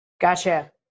Gotcha